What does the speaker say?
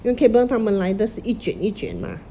因为 cable 他们来的是一卷一卷 mah